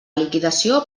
liquidació